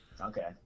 Okay